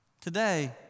Today